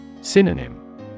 Synonym